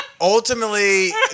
ultimately